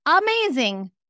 amazing